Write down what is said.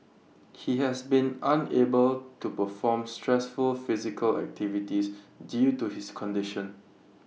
he has been unable to perform stressful physical activities due to his condition